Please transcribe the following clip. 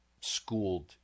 schooled